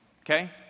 Okay